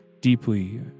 deeply